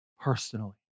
personally